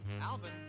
Alvin